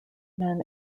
men